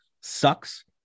sucks